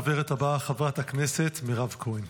הדוברת הבאה, חברת הכנסת מירב כהן.